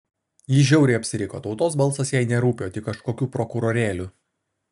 ji žiauriai apsiriko tautos balsas jai nerūpi o tik kažkokių prokurorėlių